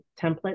template